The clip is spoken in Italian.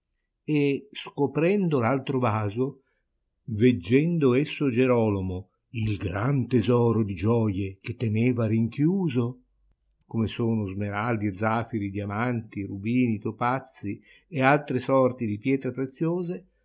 e scoprendo l'altro vaso veggendo esso gierolomo il gran tesoro di gioie che teneva rinchiuso come sono smeraldi e zafiri diamanti rubini topazi e altre sorti di pietre preziose